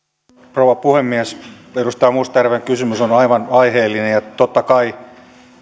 rouva puhemies edustaja mustajärven kysymys on aivan aiheellinen ja ja totta kai